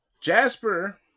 Jasper